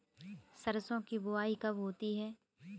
सरसों की बुआई कब होती है?